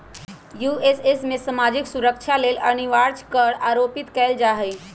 USA में सामाजिक सुरक्षा लेल अनिवार्ज कर आरोपित कएल जा हइ